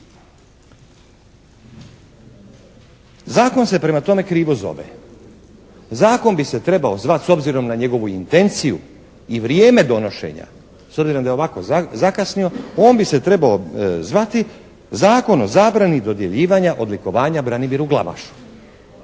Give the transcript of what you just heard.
Zakon se prema tome krivo zove. Zakon bi se trebao zvati s obzirom na njegovu intenciju i vrijeme donošenja, s obzirom da je ovako zakasnio on bi se trebao zvati Zakon o zabrani dodjeljivanja odlikovanja Branimiru Glavašu